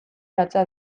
latza